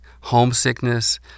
homesickness